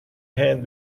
هند